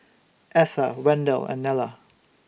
Etha Wendell and Nella